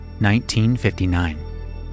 1959